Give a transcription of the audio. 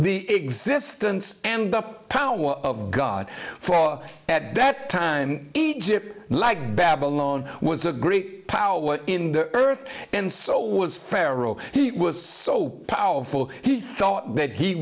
the existence and up power of god for at that time egypt like babylon was a great power in the earth and so was pharaoh he was so powerful he thought that he